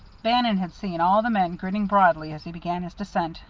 bannon had seen all the men grinning broadly as he began his descent,